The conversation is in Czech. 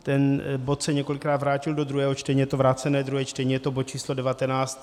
Ten bod se několikrát vrátil do druhého čtení, je to vrácené druhé čtení, je to bod číslo 19.